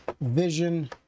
Vision